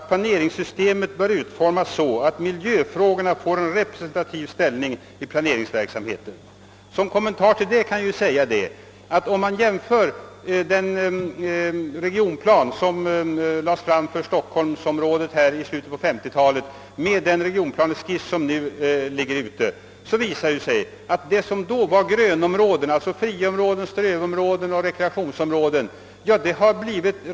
Planeringssystemet bör utformas så att miljöfrågorna får en representativ ställning i planeringsverksamheten.» Man respekterar alltså inte i planerna de avsättningar som gjorts för rekreationsändamål o.d.